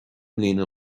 mbliana